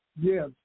Yes